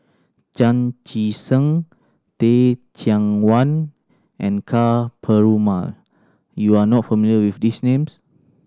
Chan Chee Seng Teh Cheang Wan and Ka Perumal you are not familiar with these names